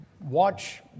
watch